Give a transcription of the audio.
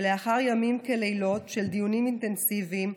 לאחר דיונים אינטנסיביים,